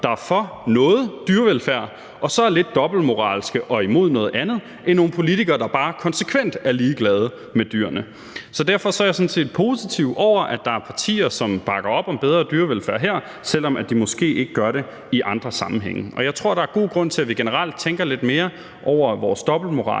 der er for noget dyrevelfærd og så er lidt dobbeltmoralske og imod noget andet, end politikere, der bare konsekvent er ligeglade med dyrene. Derfor er jeg sådan set positiv over for, at der er partier, der bakker op om bedre dyrevelfærd her, selv om de måske ikke gør det i andre sammenhænge. Jeg tror, der er god grund til, at vi generelt tænker lidt mere over vores dobbeltmoral